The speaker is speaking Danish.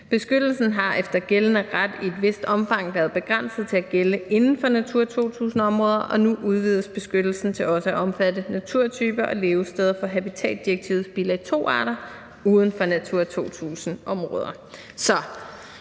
Beskyttelsen har efter gældende ret i et vist omfang været begrænset til at gælde inden for Natura 2000-områder, og nu udvides beskyttelsen til også at omfatte naturtyper og levesteder fra habitatsdirektivets bilag II-arter uden for Natura 2000-områder.